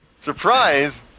surprise